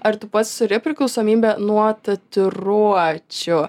ar tu pats turi priklausomybę nuo tatuiruočių